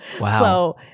Wow